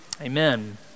amen